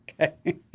Okay